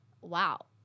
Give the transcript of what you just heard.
wow